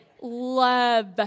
love